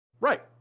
Right